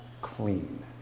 clean